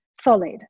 solid